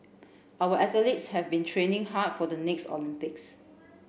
our athletes have been training hard for the next Olympics